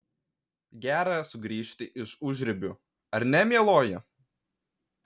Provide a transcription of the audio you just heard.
gera sugrįžti iš užribių ar ne mieloji